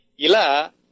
Ila